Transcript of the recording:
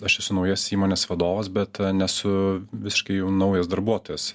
aš esu naujas įmonės vadovas bet nesu visiškai jau naujas darbuotojas